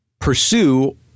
Pursue